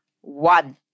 one